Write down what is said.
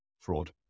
fraud